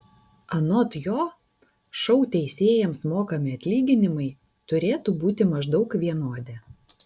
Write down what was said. anot jo šou teisėjams mokami atlyginimai turėtų būti maždaug vienodi